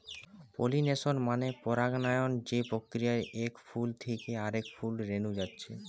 pollination মানে পরাগায়ন যে প্রক্রিয়ায় এক ফুল থিকে আরেক ফুলে রেনু যাচ্ছে